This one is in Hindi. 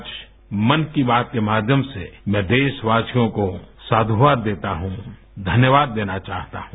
आजमन की बात के माध्यम से मैं देशवासियों को साधुवाद देता हूँ धन्यवाद देना चाहता हूँ